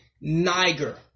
Niger